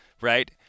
right